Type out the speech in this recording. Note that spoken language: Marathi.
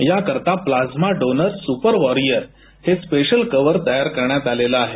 याकरीता प्लाझ्मा डोनर सुपर वॉरिअर हे स्पेशल कव्हर तयार करण्यात आलं आहे